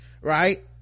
Right